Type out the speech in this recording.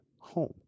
home